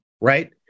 right